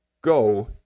go